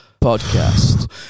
podcast